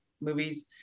movies